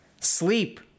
Sleep